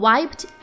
Wiped